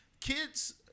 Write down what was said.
Kids